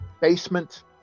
basement